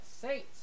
Saints